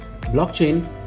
blockchain